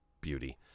beauty